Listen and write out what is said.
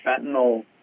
fentanyl